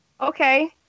Okay